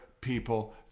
people